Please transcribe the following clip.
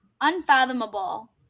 Unfathomable